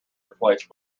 replaced